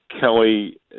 Kelly